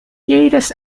jedes